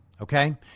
okay